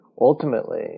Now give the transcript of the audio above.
ultimately